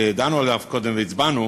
שדנו עליו קודם והצבענו,